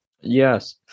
Yes